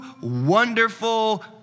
wonderful